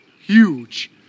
Huge